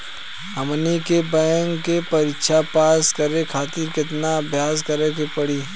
हमनी के बैंक के परीक्षा पास करे खातिर केतना अभ्यास करे के पड़ी?